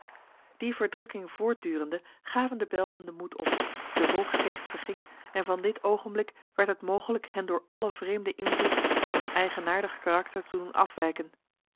die verdrukking voortdurende gaven de belgen de moed op de volksgeest verging en van dit ogenblik werd het mogelijk hen door alle vreemde invloed van hun eigenaardig karakter te doen afwijken